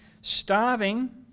Starving